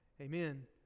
Amen